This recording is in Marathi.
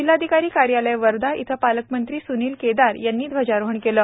जिल्हाधिकारी कार्यालय वर्धा येथे पालकमंत्री स्निल केदार यांनी ध्वजारोहण केले